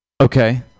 Okay